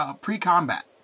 Pre-combat